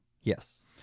Yes